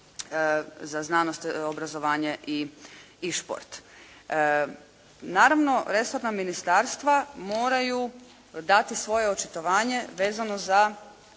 za znanost, obrazovanje i šport. Naravno Resorna ministarstva moraju dati svoje očitovanje vezano za